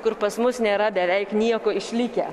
kur pas mus nėra beveik nieko išlikę